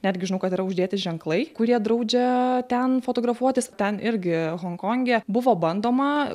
netgi žinau kad yra uždėti ženklai kurie draudžia ten fotografuotis ten irgi honkonge buvo bandoma